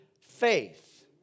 faith